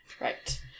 Right